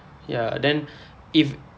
ya then if